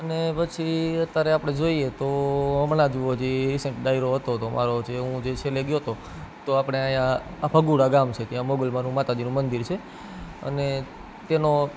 અને પછી અત્યારે આપણે જોઈએ તો હમણાં જ હું હજી રિસન્ટ ડાયરો હતો તો મારો જે હું જે છેલ્લે ગયો તો તો આપણે અહીંયા ભગુડા ગામ છે ત્યાં મોગલ માનું માતાજીનું મંદિર છે અને તેનો